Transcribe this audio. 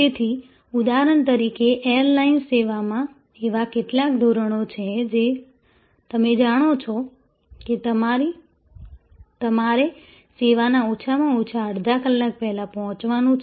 તેથી ઉદાહરણ તરીકે એરલાઇન સેવામાં એવા કેટલાક ધોરણો છે જે તમે જાણો છો કે તમારે સેવાના ઓછામાં ઓછા અડધા કલાક પહેલાં પહોંચવાનું છે